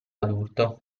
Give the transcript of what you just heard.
adulto